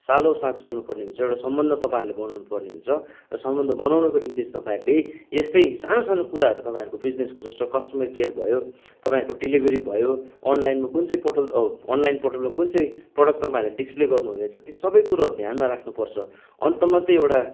सालौ साल चल्नुपर्ने हुन्छ एउटा सम्बन्ध तपाईँहरूले बनाउनुपर्ने हुन्छ र सम्बन्ध बनाउनको निम्ति चाहिँ तपाईँहरूले यस्तै सानो सानो कुराहरू तपाईँहरूको बिजनेसको जस्तो कस्टमर केयर भयो तपाईँहरू डेलिभरी भयो अनलाइनमा कुन चाहिँ पोर्टल ओ अनलाइन पोर्टलमा कुन चाहिँ प्रडक्ट तपाईँहरूले डिस्प्ले गर्नुहुँदैछ त्यो सबै कुरोहरू ध्यानमा राख्नुपर्छ अन्त मात्रै एउटा